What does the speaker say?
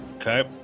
Okay